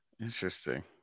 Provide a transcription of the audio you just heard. Interesting